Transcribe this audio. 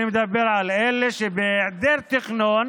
אני מדבר על אלה שבהיעדר תכנון